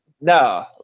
no